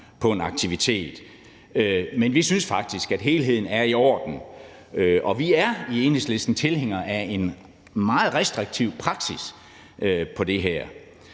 på en aktivitet. Men vi syntes faktisk, at helheden er i orden, og vi er i Enhedslisten tilhængere af en meget restriktiv praksis på det her